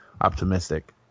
optimistic